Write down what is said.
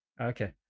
okay